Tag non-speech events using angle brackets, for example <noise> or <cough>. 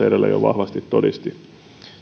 <unintelligible> edellä jo vahvasti todisti